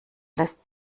lässt